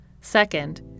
Second